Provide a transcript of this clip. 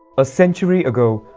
a century ago,